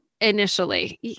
initially